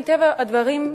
מטבע הדברים,